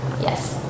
Yes